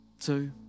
Two